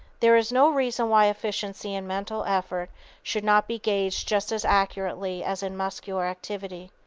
there is no reason why efficiency in mental effort should not be gauged just as accurately as in muscular activity.